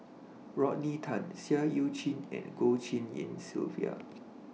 Rodney Tan Seah EU Chin and Goh Tshin En Sylvia